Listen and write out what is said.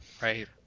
right